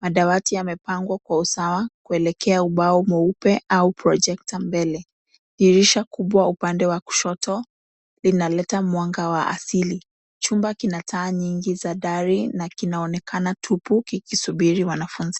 Madawati yamepangwa kwa usawa kuelekea ubao mweupe au projector mbele. Dirisha kubwa upande wa kushoto inaleta mwanga wa asili. Chumba kina taa nyingi za dari na kinaonekana tupu kikisubiri wanafunzi.